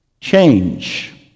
change